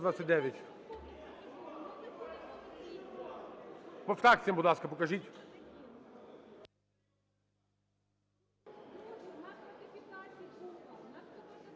По фракціям, будь ласка, покажіть.